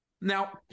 Now